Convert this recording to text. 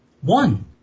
One